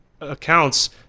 accounts